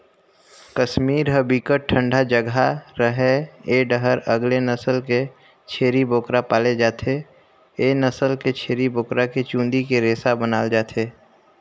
कस्मीर ह बिकट ठंडा जघा हरय ए डाहर अलगे नसल के छेरी बोकरा पाले जाथे, ए नसल के छेरी बोकरा के चूंदी के रेसा बनाल जाथे